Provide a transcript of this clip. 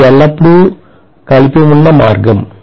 ఇది ఎల్లప్పుడూ కలిపివున్న మార్గం